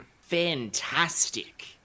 fantastic